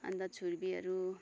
अन्त छुर्पीहरू